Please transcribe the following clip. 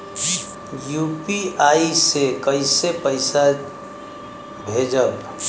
UPI से कईसे पैसा भेजब?